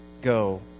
Go